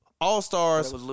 All-Stars